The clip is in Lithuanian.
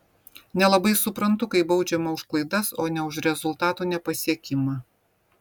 nelabai suprantu kai baudžiama už klaidas o ne už rezultatų nepasiekimą